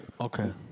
okay